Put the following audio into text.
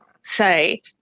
say